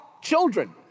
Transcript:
children